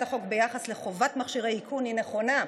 החוק ביחס לחובת מכשירי איכון היא נכונה.